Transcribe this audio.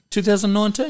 2019